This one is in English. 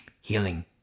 healing